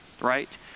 Right